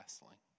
wrestling